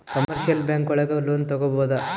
commercial bank ಒಳಗ loan ತಗೊಬೋದು